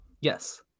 yes